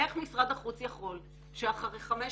איך משרד החוץ יכול אחרי 15